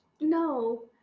no